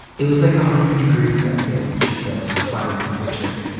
it was like a hundred degrees that day, she says, smiling at the picture.